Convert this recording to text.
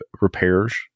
repairs